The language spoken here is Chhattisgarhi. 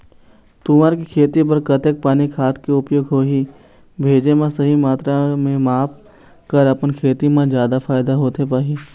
तुंहर के खेती बर कतेक पानी खाद के उपयोग होही भेजे मा सही मात्रा के माप कर अपन खेती मा जादा फायदा होथे पाही?